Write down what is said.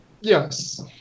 Yes